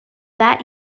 that